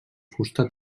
fusta